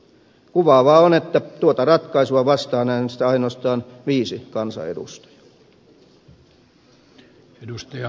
kuvaavaa on että tuota ratkaisua vastaan äänesti ainoastaan viisi kansanedustajaa